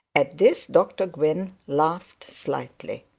at this dr gwynne laughed slightly.